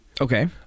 okay